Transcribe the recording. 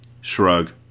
Shrug